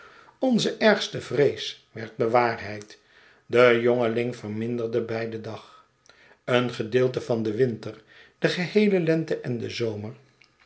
onze ergste vrees werd bewaarheid de jongeling verminderde blj den dag een gedeelte van den winter de geheele lente en den zomer